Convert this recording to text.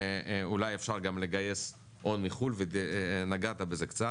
אולי אפשר גם לגייס הון מחו"ל ונגעת בזה קצת.